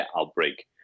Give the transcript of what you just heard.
outbreak